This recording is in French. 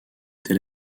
tel